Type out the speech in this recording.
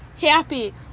happy